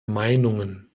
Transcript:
meinungen